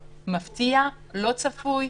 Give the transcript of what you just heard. מפתיע, לא צפוי,